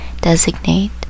designate